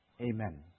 Amen